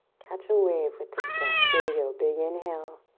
catch a wave with this breath. here we go, big inhale.